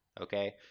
Okay